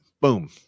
Boom